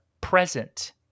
present